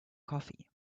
coffee